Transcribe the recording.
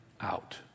out